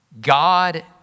God